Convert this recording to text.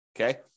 okay